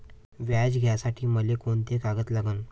व्याज घ्यासाठी मले कोंते कागद लागन?